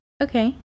Okay